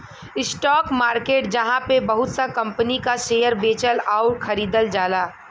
stock market जहाँ पे बहुत सा कंपनी क शेयर बेचल आउर खरीदल जाला